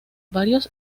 varios